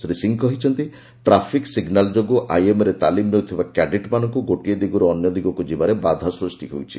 ଶ୍ରୀ ସିଂହ କହିଛନ୍ତି traffic signal ଯୋଗୁଁ ଆଇଏମ୍ଏରେ ତାଲିମ୍ ନେଉଥିବା କ୍ୟାଡେଟ୍ ମାନଙ୍କୁ ଗୋଟିଏ ଦିଗରୁ ଅନ୍ୟ ଦିଗକୁ ଯିବାରେ ବାଧା ସୃଷ୍ଟି ହେଉଛି